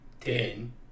ten